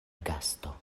gasto